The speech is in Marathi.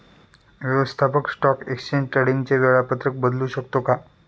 व्यवस्थापक स्टॉक एक्सचेंज ट्रेडिंगचे वेळापत्रक बदलू शकतो का?